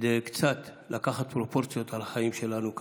כדי לקחת קצת פרופורציות על החיים שלנו כאן.